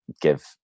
give